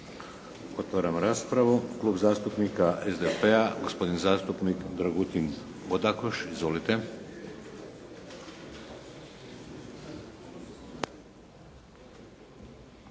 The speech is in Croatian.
Otvaram raspravu. Klub zastupnika SDP-a gospodin zastupnik Dragutin Bodakoš. Izvolite.